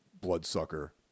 bloodsucker